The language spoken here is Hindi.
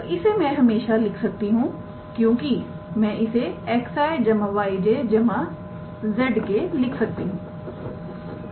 तो इसे मैं हमेशा लिख सकती हूं क्योंकि मैं इसे 𝑥𝑖̂ 𝑦𝑗̂ 𝑧𝑘̂ लिख सकती हूं